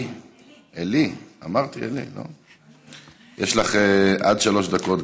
יש לך עד שלוש דקות, גברתי.